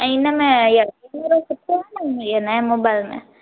ऐं इनमें इअ नये मोबाइल में